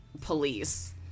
police